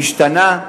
השתנה.